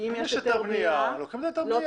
יש היתר בנייה ולוקחים את היתר הבנייה.